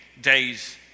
days